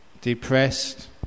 depressed